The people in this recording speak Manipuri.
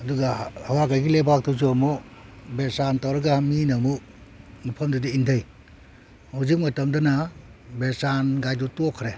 ꯑꯗꯨꯒ ꯍꯋꯥ ꯒꯥꯔꯤꯒꯤ ꯂꯩꯕꯥꯛꯇꯨꯁꯨ ꯑꯃꯨꯛ ꯕꯦꯔꯆꯥꯟ ꯇꯧꯔꯒ ꯃꯤꯅ ꯑꯃꯨꯛ ꯃꯐꯝꯗꯨꯗ ꯏꯟꯗꯩ ꯍꯧꯖꯤꯛ ꯃꯇꯝꯗꯅ ꯕꯦꯔꯆꯥꯟꯒꯥꯏꯗꯨ ꯇꯣꯛꯈ꯭ꯔꯦ